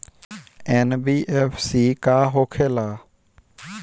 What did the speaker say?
NBFC का होंखे ला?